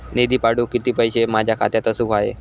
निधी पाठवुक किती पैशे माझ्या खात्यात असुक व्हाये?